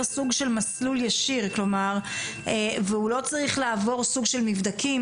סוג של מסלול ישיר והוא לא צריך לעבור מבדקים,